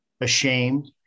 ashamed